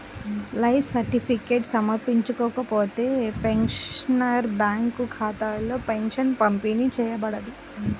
life certificate సమర్పించకపోతే, pensioner bank ఖాతాలో pension పంపిణీ చేయబడదు